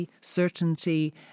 certainty